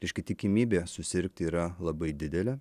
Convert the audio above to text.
reiškia tikimybė susirgti yra labai didelė